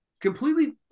Completely